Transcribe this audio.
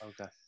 Okay